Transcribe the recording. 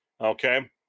Okay